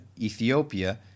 Ethiopia